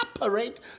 operate